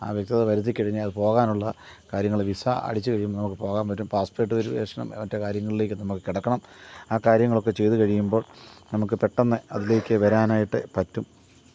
ആ വ്യക്തത വരുത്തിക്കഴിഞ്ഞാല് പോകാനുള്ള കാര്യങ്ങൾ വിസ അടിച്ചു കഴിയുമ്പം നമുക്ക് പോവാന് പറ്റും പാസ്പേട്ട് വെരിഫിക്കേഷനും മറ്റു കാര്യങ്ങളിലേക്കും നമ്മൾക്ക് കടക്കണം ആ കാര്യങ്ങളൊക്കെ ചെയ്തുകഴിയുമ്പോള് നമുക്ക് പെട്ടന്ന് അതിലേക്ക് വരാനായിട്ട് പറ്റും